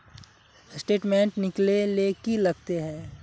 Statement निकले ले की लगते है?